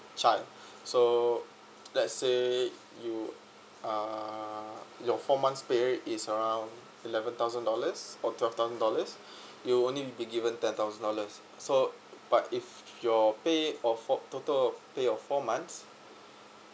child so let's say you uh your four months paid leave is around eleven thousand dollars or twelve thousand dollars you'll only be given ten thousand dollars so but if your pay of four total of pay of four months